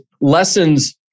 lessons